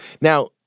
Now